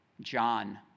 John